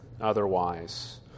otherwise